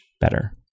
better